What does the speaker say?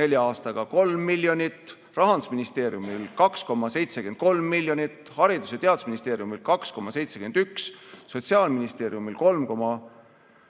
nelja aastaga 3 miljonit, Rahandusministeeriumi raha 2,73 miljonit, Haridus‑ ja Teadusministeeriumi raha 2,71miljonit, Sotsiaalministeeriumi raha